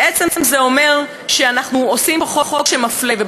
בעצם זה אומר שאנחנו עושים פה חוק מפלה.